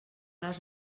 les